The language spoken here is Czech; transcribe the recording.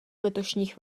letošních